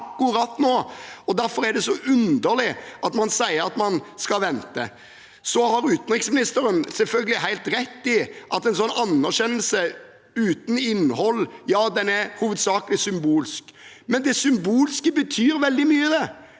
Derfor er det så underlig at man sier at man skal vente. Utenriksministeren har selvfølgelig helt rett i at en slik anerkjennelse uten innhold hovedsakelig er symbolsk, men det symbolske betyr veldig mye. Det